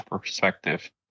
perspective